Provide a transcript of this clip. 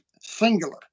singular